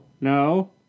No